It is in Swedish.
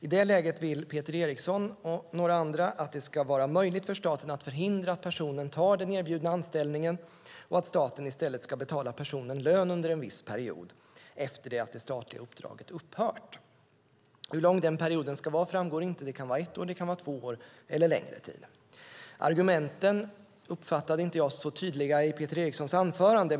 I det läget vill Peter Eriksson och några andra att det ska vara möjligt för staten att förhindra att personen tar den erbjudna anställningen och att staten i stället ska betala personen lön under en viss period efter det att det statliga uppdraget har upphört. Hur lång den perioden ska vara framgår inte. Det kan vara ett år, två år eller längre tid. Argumenten uppfattade jag inte så tydligt i Peter Erikssons anförande.